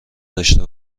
داشته